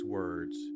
words